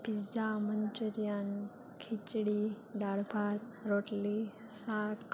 pizza Manchurian ખિચડી દાળ ભાત રોટલી શાક